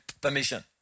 permission